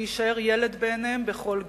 ויישאר ילד בעיניהם בכל גיל.